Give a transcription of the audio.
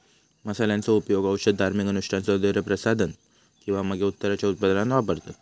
मसाल्यांचो उपयोग औषध, धार्मिक अनुष्ठान, सौन्दर्य प्रसाधन किंवा मगे उत्तराच्या उत्पादनात वापरतत